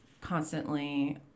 constantly